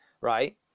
right